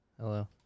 hello